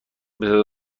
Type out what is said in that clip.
بصدا